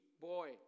boy